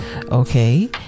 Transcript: Okay